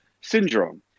syndrome